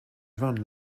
run